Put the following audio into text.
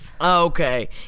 Okay